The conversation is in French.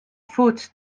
faute